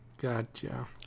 Gotcha